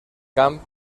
camp